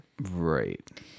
Right